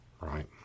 right